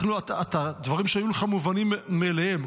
בדברים שהיו לך מובנים מאליהם.